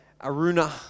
Aruna